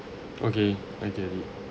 okay I get it